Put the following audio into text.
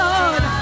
Lord